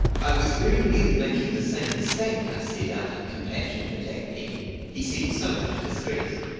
i was very nearly making the same mistake, i said, out of compassion for jack penny he seemed so much distressed.